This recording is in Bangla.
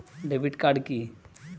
ডেবিট কার্ড কি?